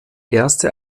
erste